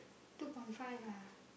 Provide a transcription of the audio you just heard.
two point five lah